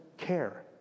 care